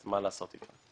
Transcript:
הכוונה הייתה לא לתת להם,